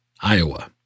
Iowa